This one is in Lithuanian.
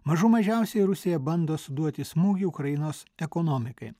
mažų mažiausiai rusija bando suduoti smūgį ukrainos ekonomikai